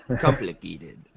Complicated